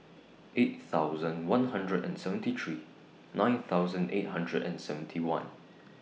eight thousand one hundred and seventy three nine thousand eight hundred and seventy one